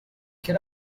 get